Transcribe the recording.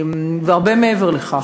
והרבה מעבר לכך,